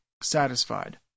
satisfied